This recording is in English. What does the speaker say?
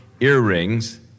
earrings